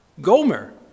Gomer